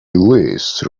lease